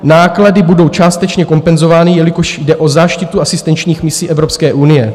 Náklady budou částečně kompenzovány, jelikož jde o záštitu asistenčních misí Evropské unie.